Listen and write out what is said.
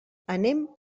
anem